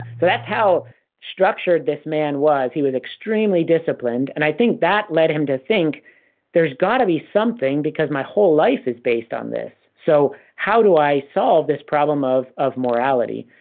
so that's how structured this man was he was extremely disciplined and i think that led him to think there's got to be something because my whole life is based on this so how do i solve this problem of of morality